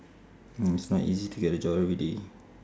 and it's not easy to get a job everyday